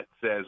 says